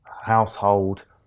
household